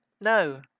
No